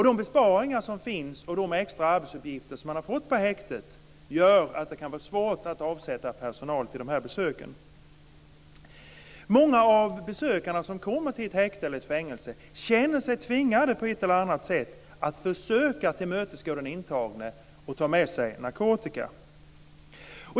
De besparingar som finns, och de extra arbetsuppgifter som man har fått på häktet, gör att det kan vara svårt att avsätta personal till de här besöken. Många av de besökare som kommer till ett häkte eller ett fängelse känner sig på ett eller annat sätt tvingade att försöka tillmötesgå den intagna och ta med sig narkotika.